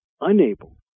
unable